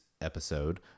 episode